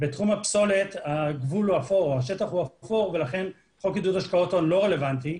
בתחום הפסולת השטח הוא אפור ולכן חוק עידוד השקעות הון לא רלוונטי.